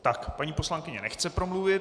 Tak, paní poslankyně nechce promluvit.